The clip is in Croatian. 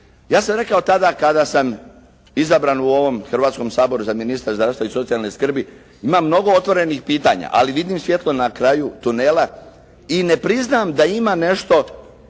Ja sam rekao tada kada sam izabran u ovom Hrvatskom saboru za ministra zdravstva i socijalne skrbi ima mnogo otvorenih pitanja, ali vidim svjetlo na kraju tunela i ne priznam da ima nešto